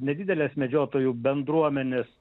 nedidelės medžiotojų bendruomenės